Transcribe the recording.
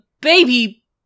baby